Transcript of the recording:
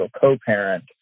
co-parent